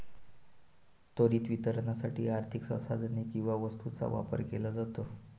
त्वरित वितरणासाठी आर्थिक संसाधने किंवा वस्तूंचा व्यापार केला जातो